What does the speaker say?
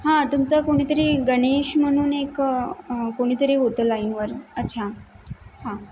हां तुमचं कोणीतरी गनेश म्हणून एक कोणीतरी होतं लाईनवर अच्छा हां